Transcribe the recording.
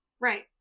Right